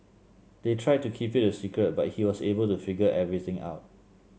they tried to keep it a secret but he was able to figure everything out